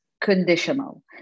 conditional